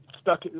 stuck